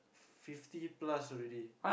fifty plus already